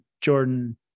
Jordan